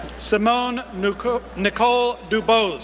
simone nicole nicole dubose,